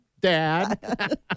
dad